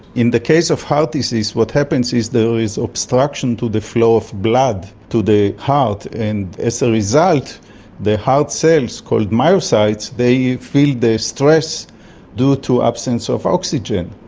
in the case of heart disease, what happens is there is obstruction to the flow of blood to the heart, and as a result the heart cells called myocytes, they feel their stress due to absence of oxygen.